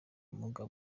ubumuga